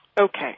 Okay